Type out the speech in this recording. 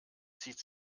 zieht